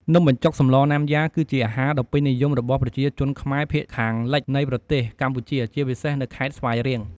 នំបញ្ចុកសម្លណាំយ៉ា គឺជាអាហារដ៏ពេញនិយមរបស់ប្រជាជនខ្មែរភាគខាងលិចនៃប្រទេសកម្ពុជា ជាពិសេសនៅខេត្តស្វាយរៀង។